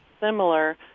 similar